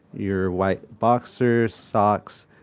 your white boxers, socks,